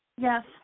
Yes